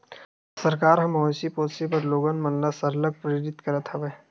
सरकार ह मवेशी पोसे बर लोगन मन ल सरलग प्रेरित करत हवय